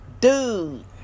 dude